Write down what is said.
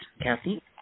Kathy